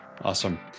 Awesome